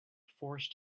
forced